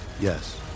Yes